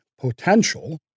potential